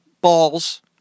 balls